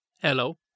Hello